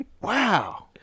Wow